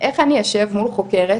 איך אני אשב מול חוקרת,